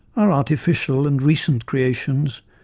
are artificial and recent creations,